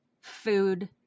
food